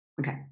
Okay